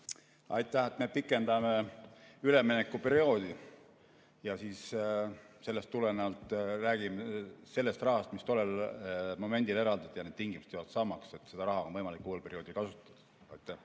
Aitäh! Me pikendame üleminekuperioodi ja sellest tulenevalt räägime sellest rahast, mis tollel momendil eraldati, ja need tingimused jäävad samaks: seda raha on võimalik uuel perioodil kasutada. Aitäh!